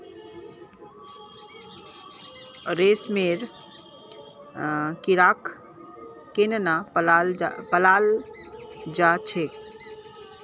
रेशमेर कीड़ाक केनना पलाल जा छेक